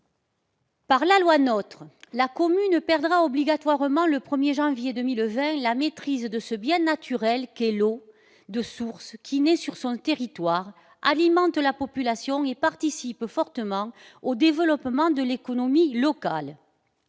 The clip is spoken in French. Par la loi NOTRe, la commune perdra obligatoirement, le 1 janvier 2020, la maîtrise de ce bien naturel qu'est l'eau de source qui naît sur son territoire, alimente la population et participe fortement au développement de l'économie locale.